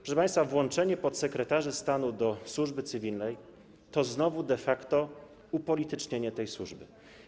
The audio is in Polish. Proszę państwa, włączenie podsekretarzy stanu do służby cywilnej to znowu de facto upolitycznienie tej służby.